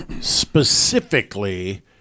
specifically